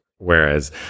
Whereas